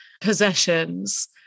possessions